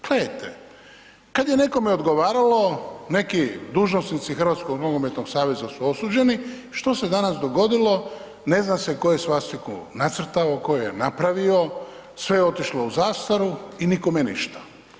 Gledajte, kad je nekome odgovaralo, neki dužnosnici Hrvatskog nogometnog saveza su osuđeni, što se danas dogodilo, ne zna se tko je svastiku nacrtao, tko ju je napravio, sve je otišlo u zastaru i nikome ništa.